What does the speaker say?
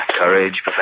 Courage